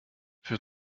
für